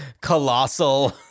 colossal